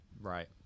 Right